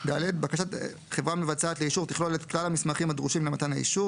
(ד)בקשת חברה מבצעת לאישור תכלול את כלל המסמכים הדרושים למתן האישור,